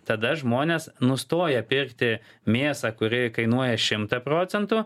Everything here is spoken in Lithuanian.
tada žmonės nustoja pirkti mėsą kuri kainuoja šimtą procentų